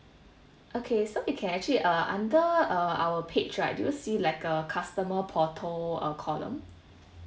okay so you can actually uh under uh our page right do you see like a customer portal uh column